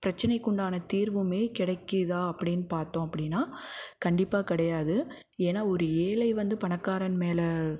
பிரச்சனைக்குண்டான தீர்வுமே கிடைக்கிதா அப்படின்னு பார்த்தோம் அப்படின்னா கண்டிப்பாக கிடையாது ஏன்னா ஒரு ஏழை வந்து பணக்காரன் மேலே